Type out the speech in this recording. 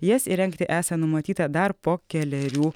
jas įrengti esą numatyta dar po kelerių